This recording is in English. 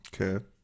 Okay